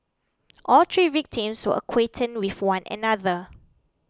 all three victims were acquainted with one another